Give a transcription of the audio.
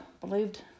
believed